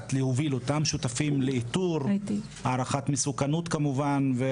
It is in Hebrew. להוביל אותם שותפים לאיתור הערכת מסוכנות כמובן.